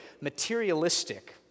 materialistic